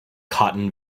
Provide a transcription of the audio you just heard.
cotton